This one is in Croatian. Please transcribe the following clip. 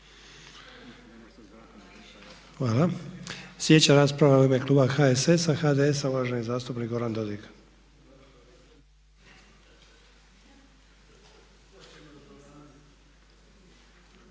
Hvala. Sljedeća je rasprava u ime kluba HSS-a, HDS-a uvaženi zastupnik Goran Dodig.